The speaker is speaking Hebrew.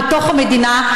בתוך המדינה,